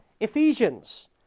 Ephesians